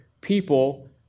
people